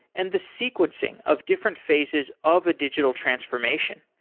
and the sequencing of different phases of a digital transformation.